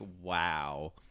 wow